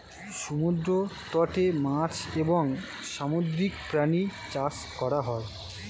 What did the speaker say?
সমুদ্র তটে মাছ এবং সামুদ্রিক প্রাণী চাষ করা হয়